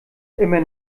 immer